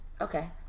Okay